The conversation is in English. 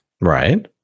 Right